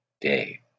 day